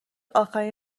آخرین